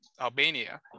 Albania